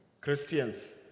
Christians